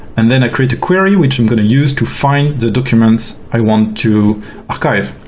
and then i create a query which i'm going to use to find the documents i want to archive.